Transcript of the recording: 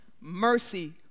mercy